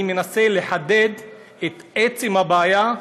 אני מנסה לחדד את עצם הבעיה,